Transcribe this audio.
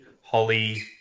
Holly